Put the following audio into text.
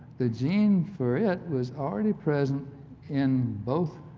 the gene for it was already present in both